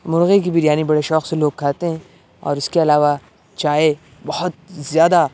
مرغے کی بریانی بڑے شوق سے لوگ کھاتے ہیں اور اس کے علاوہ چائے بہت زیادہ